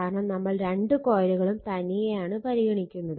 കാരണം നമ്മൾ രണ്ട് കോയിലുകളും തനിയെ ആണ് പരിഗണിക്കുന്നത്